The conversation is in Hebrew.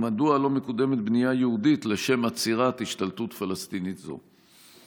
3. מדוע לא מקודמת בנייה יהודית לשם עצירת השתלטות פלסטינית זו?